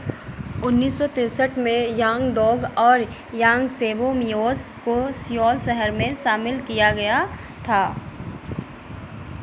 उन्नीस सौ तिरसठ में यांगडोंग और यांगसेबू मियोस को सियोल शहर में शामिल किया गया था